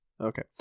Okay